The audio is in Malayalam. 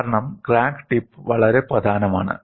കാരണം ക്രാക്ക് ടിപ്പ് വളരെ പ്രധാനമാണ്